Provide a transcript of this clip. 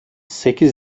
sekiz